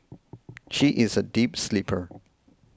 she is a deep sleeper